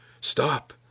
Stop